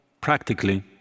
practically